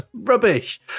rubbish